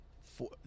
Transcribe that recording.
four